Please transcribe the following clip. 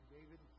David